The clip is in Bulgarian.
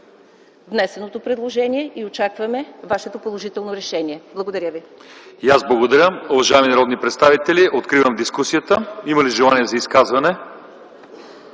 внесеното предложение и очакваме вашето положително решение. Благодаря ви.